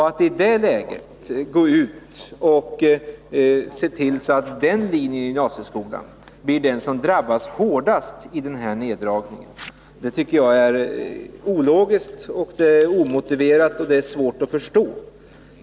Att i det läget se till att den linjen i gymnasieskolan blir den som drabbas hårdast genom den här neddragningen tycker jag är ologiskt, omotiverat och svårt att förstå.